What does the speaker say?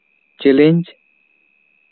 challenge